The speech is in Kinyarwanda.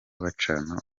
bacana